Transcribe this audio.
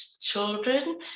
children